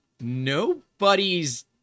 nobody's